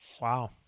Wow